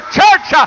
church